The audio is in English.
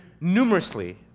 numerously